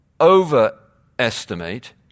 overestimate